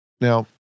Now